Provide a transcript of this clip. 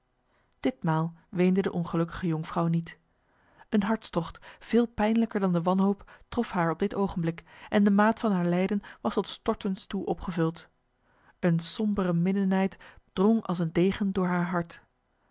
ditmaal weende de ongelukkige jonkvrouw niet een hartstocht veel pijnlijker dan de wanhoop trof haar op dit ogenblik en de maat van haar lijden was tot stortens toe opgevuld een sombere minnenijd drong als een degen door haar hart